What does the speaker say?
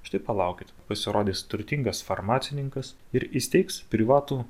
štai palaukit pasirodys turtingas farmacininkas ir įsteigs privatų